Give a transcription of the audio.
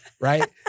Right